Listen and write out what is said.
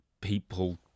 people